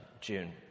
june